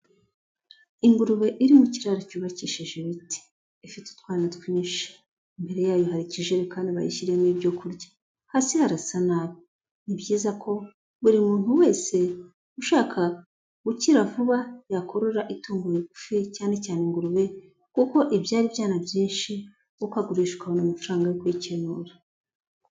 Ingurube iri mu kiraro cyubakishije ibiti, ifite utwana twinshi. Imbere yayo hari ikijerekani bayishyiremo ibyo kurya. Hasi harasa nabi. Ni byiza ko buri muntu wese ushaka gukira vuba yakorora itungo rigufi cyane cyane ingurube kuko ibyara ibyana byinshi, ukagurisha ukabona amafaranga yo kwikenura.